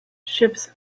ships